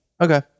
Okay